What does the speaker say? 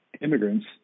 immigrants